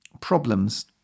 problems